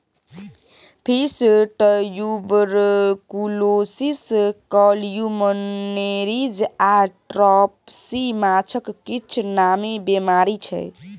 fish tuberculosis, columnaris आ dropsy माछक किछ नामी बेमारी छै